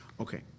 Okay